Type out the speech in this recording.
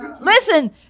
Listen